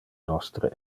nostre